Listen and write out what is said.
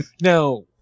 Now